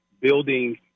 building